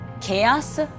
chaos